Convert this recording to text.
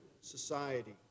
society